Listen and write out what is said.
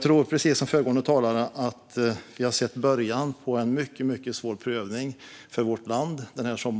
landet. Precis som föregående talare tror jag att vi har sett början på en mycket svår prövning för vårt land denna sommar.